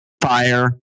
fire